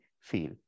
feel